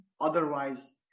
Otherwise